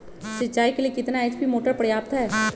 सिंचाई के लिए कितना एच.पी मोटर पर्याप्त है?